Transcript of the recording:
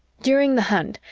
during the hunt,